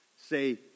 Say